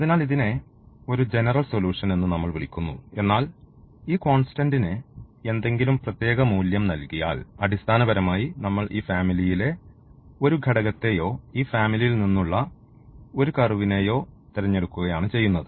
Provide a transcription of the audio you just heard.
അതിനാൽ ഇതിനെ ഒരു ജനറൽ സൊല്യൂഷൻ എന്ന് നമ്മൾ വിളിക്കുന്നു എന്നാൽ ഈ കോൺസ്റ്റൻഡിന് എന്തെങ്കിലും പ്രത്യേക മൂല്യം നൽകിയാൽ അടിസ്ഥാനപരമായി നമ്മൾ ഈ ഫാമിലിയിലെ ഒരു ഘടകത്തെയോ ഈ ഫാമിലിയിൽ നിന്നുള്ള ഒരു കർവിനെയോ തെരഞ്ഞെടുക്കുകയാണ് ചെയ്യുന്നത്